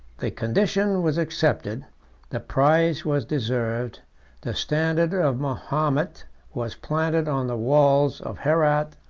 the condition was accepted the prize was deserved the standard of mahomet was planted on the walls of herat,